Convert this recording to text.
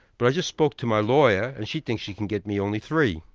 but i just spoke to my lawyer and she thinks she can get me only three.